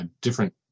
different